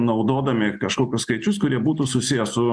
naudodami kažkokius skaičius kurie būtų susiję su